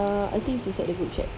uh I think it's inside the group chat